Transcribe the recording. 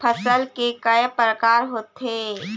फसल के कय प्रकार होथे?